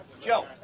Joe